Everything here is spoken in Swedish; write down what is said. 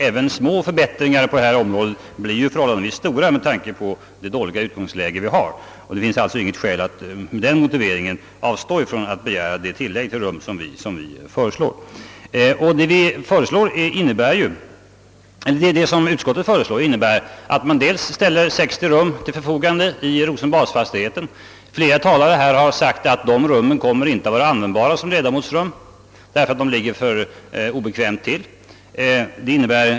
Även små förbättringar på detta område blir relativt stora med tanke på det dåliga utgångsläge som vi har. Det finns alltså med denna motivering inte något särskilt skäl att avstå från att begära det tillägg till rum som vi föreslår. Vad utskottet föreslår innebär att man ställer 60 rum till förfogande i Rosenbadsfastigheten. Flera talare har här sagt att dessa inte kommer att vara användbara som ledamotsrum därför att de ligger för obekvämt till.